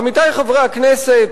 עמיתי חברי הכנסת,